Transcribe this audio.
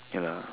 yeah lah